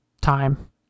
Time